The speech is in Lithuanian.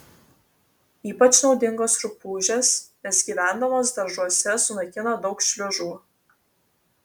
ypač naudingos rupūžės nes gyvendamos daržuose sunaikina daug šliužų